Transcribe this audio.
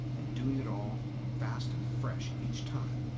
and doing it all fast and fresh each time,